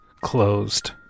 closed